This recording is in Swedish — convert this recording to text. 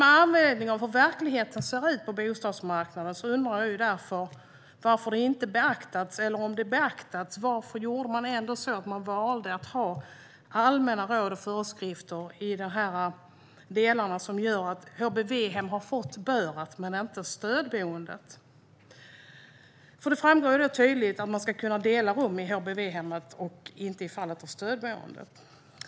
Med anledning av hur verkligheten på bostadsmarknaden ser ut undrar jag om detta har beaktats och varför man då ändå valde att ha allmänna råd och föreskrifter i de delar som gör att HVB-hem, men inte stödboenden, har fått detta "bör". Det framgår ju tydligt att man ska kunna dela rum i HVB-hem, men inte i stödboenden.